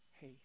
hey